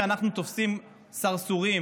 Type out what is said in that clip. כשאנחנו תופסים סרסורים,